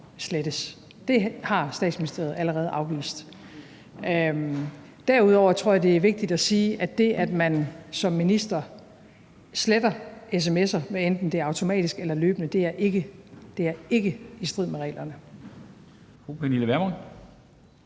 slettes. Det har Statsministeriet allerede afvist. Derudover tror jeg, det er vigtigt at sige, at det, at man som minister sletter sms'er, hvad enten det er automatisk eller løbende, er ikke – det er ikke – i strid med reglerne.